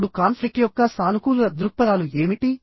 ఇప్పుడు కాన్ఫ్లిక్ట్ యొక్క సానుకూల దృక్పథాలు ఏమిటి